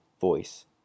voice